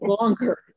longer